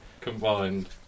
combined